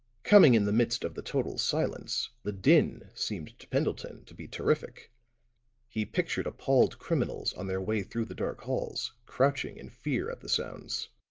coming in the midst of the total silence, the din seemed to pendleton to be terrific he pictured appalled criminals on their way through the dark halls, crouching in fear at the sounds.